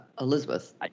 Elizabeth